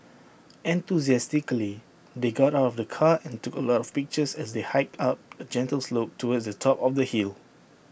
enthusiastically they got out of the car and took A lot of pictures as they hiked up A gentle slope towards the top of the hill